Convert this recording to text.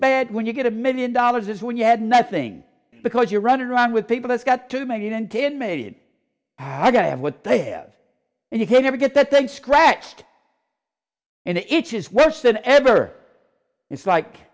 bad when you get a million dollars is when you had nothing because you're running around with people that's got to make a dent in made i gotta have what they have and you can't ever get that they scratched and itches worse than ever it's like